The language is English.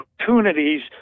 opportunities